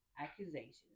accusations